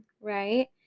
right